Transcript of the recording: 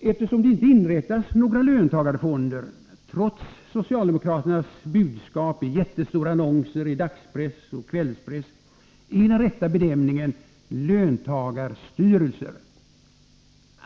Eftersom det inte inrättas några löntagarfonder, trots socialdemokraternas budskap i jättestora annonser i dagspress och kvällspress, är den rätta benämningen ”löntagarstyrelser”.